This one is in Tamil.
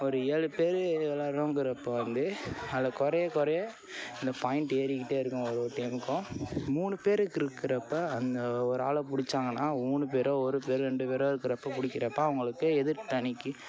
ஒரு ஏழு பேர் விளையாடுகிறோம் அப்படிங்குறப்போ வந்து அதில் குறைய குறைய அந்த பாய்ண்ட் ஏறிக்கிட்டே இருக்கும் ஒருவொரு டைமுக்கு மூணு பேருக்கு இருக்கிறப்ப அந்த ஒரு ஆளை பிடிச்சாங்கன்னா மூணு பேரோ ஒரு பேரோ ரெண்டு பேரோ இருக்கிறப்ப பிடிக்கிறப்ப அவங்களுக்கு எதிர்த்த அணிக்கு